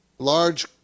Large